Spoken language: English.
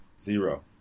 zero